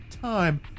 time